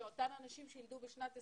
שאותן הנשים שיילדו בשנת 20/21,